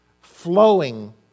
flowing